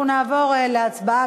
אנחנו נעבור להצבעה,